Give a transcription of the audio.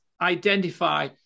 identify